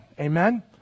Amen